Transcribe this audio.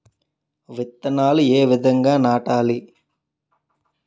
విత్తనాలు ఏ విధంగా నాటాలి?